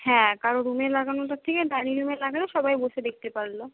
হ্যাঁ কারো রুমে লাগানোটার থেকে ডাইনিং রুমে লাগালে সবাই বসে দেখতে পারলো